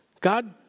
God